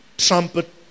trumpet